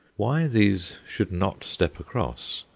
why these should not step across,